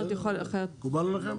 מקובל עליכם?